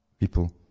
People